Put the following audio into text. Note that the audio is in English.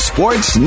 Sports